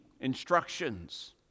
instructions